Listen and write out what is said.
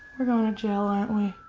we're going to jail, aren't we?